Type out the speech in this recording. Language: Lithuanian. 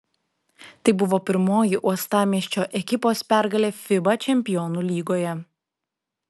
tai buvo pirmoji uostamiesčio ekipos pergalė fiba čempionų lygoje